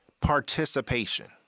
participation